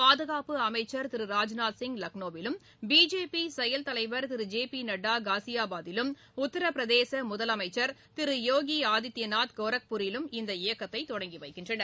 பாதுகாப்பு அமைச்சர் திரு ராஜ்நாத் சிங் லக்ளோவிலும் பிஜேபி செயல் தலைவர் திரு ஜே பி நட்டா காசியாபாதிலும் உத்தரப்பிரதேச முதலமைச்சர் திரு யோகி ஆதித்யநாத் கோர்பூரிலும் இந்த இயக்கத்தை தொடங்கிவைக்கின்றனர்